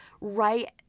right